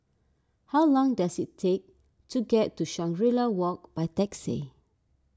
how long does it take to get to Shangri La Walk by taxi